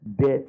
Death